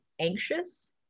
anxious